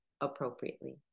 appropriately